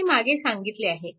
हे मी मागे सांगितले आहे